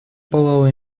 палау